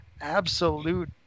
absolute